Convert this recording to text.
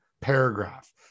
paragraph